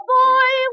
boy